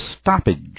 stoppage